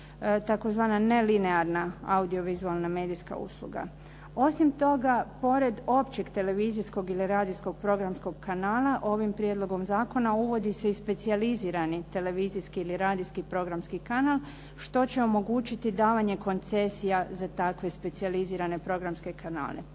tzv. nelinearna audio-vizualna medijska usluga. Osim toga, pored općeg televizijskog ili radijskog programskog kanala ovim prijedlogom zakona uvodi se i specijalizirani televizijski ili radijski programski kanal, što će omogućiti davanje koncesija za takve specijalizirane programske kanale.